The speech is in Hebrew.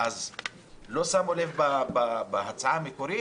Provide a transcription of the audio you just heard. איך לא שמו לב לזה בהצעה המקורית?